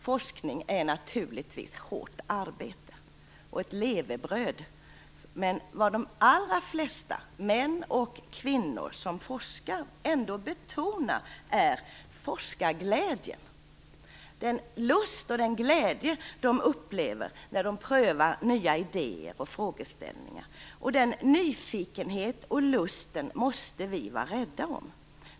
Forskning är naturligtvis hårt arbete och ett levebröd. Men vad de allra flesta män och kvinnor som forskar ändå betonar är forskarglädjen, den lust och den glädje som de upplever när de prövar nya idéer och frågeställningar. Och den nyfikenheten och lusten måste vi vara rädda om.